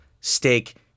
steak